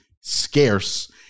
scarce